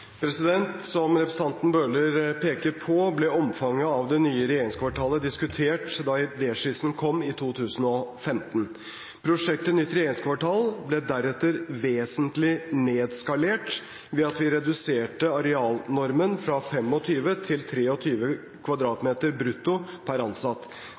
Som representanten Bøhler peker på, ble omfanget av det nye regjeringskvartalet diskutert da idéskissene kom i 2015. Prosjekt nytt regjeringskvartal ble deretter vesentlig nedskalert ved at vi reduserte arealnormen fra 25 m 2 til 23 m2 brutto per ansatt.